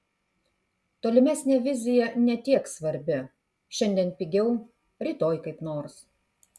tolimesnė vizija ne tiek svarbi šiandien pigiau rytoj kaip nors